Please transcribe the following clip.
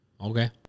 Okay